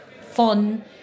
fun